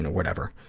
whatever.